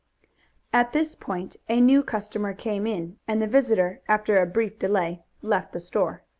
at this point a new customer came in and the visitor, after a brief delay, left the store.